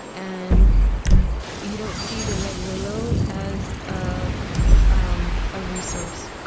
and you don't see the red willow as a um ah resource,